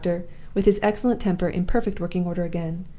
with his excellent temper in perfect working order again.